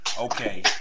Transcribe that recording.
okay